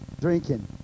drinking